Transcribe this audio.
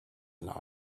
and